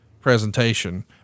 presentation